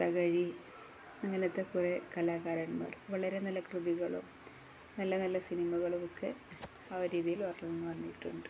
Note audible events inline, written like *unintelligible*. തകഴി അങ്ങനത്തെ കുറേ കലാകാരന്മാർ വളരെ നല്ല കൃതികളും നല്ല നല്ല സിനിമകളുമൊക്കെ ആ രീതിയിൽ *unintelligible* *unintelligible*